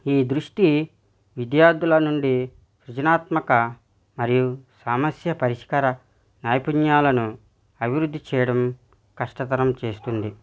ఈ దృష్టి విద్యార్థుల నుండి సృజనాత్మక మరియు సమస్య పరిష్కార నైపుణ్యాలను అభివృద్ధి చేయడం కష్టతరం చేస్తుంది